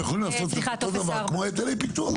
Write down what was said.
יכולים לעשות אותו דבר כמו היטלי פיתוח.